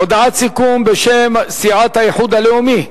הודעת סיכום בשם סיעת האיחוד הלאומי,